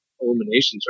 eliminations